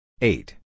Eight